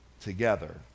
together